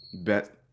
bet